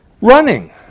Running